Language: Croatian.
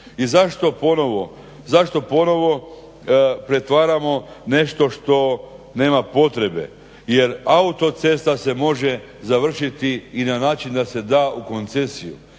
I zašto ponovo pretvaramo nešto što nema potrebe jer autocesta se može završiti i na način da se da u koncesiju.